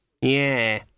Yeah